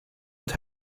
und